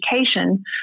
Education